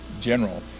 general